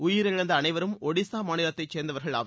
உயிரிழந்த அனைவரும் ஒடிசா மாநிலத்தைச் சேர்ந்தவர்கள் ஆவர்